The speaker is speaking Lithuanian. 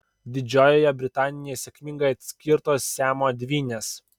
didžiojoje britanijoje sėkmingai atskirtos siamo dvynės